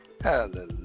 hallelujah